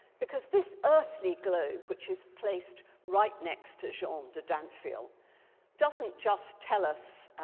because this earthly globe which is placed right next to jean um de dinteville doesn't just tell us